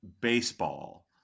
baseball